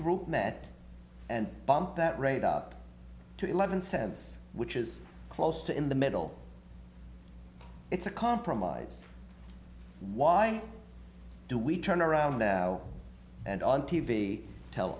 group met and bumped that rate up to eleven cents which is close to in the middle it's a compromise why do we turn around now and on t v tell